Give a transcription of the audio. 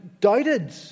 doubted